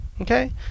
Okay